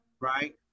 Right